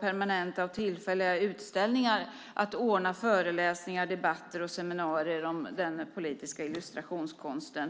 permanenta och tillfälliga utställningar även ordna föreläsningar, debatter och seminarier om den politiska illustrationskonsten.